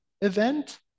event